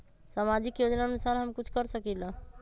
सामाजिक योजनानुसार हम कुछ कर सकील?